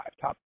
top